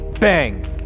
Bang